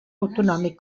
autonòmic